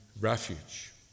refuge